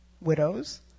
widows